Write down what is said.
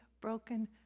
broken